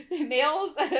males